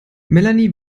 melanie